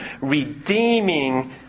redeeming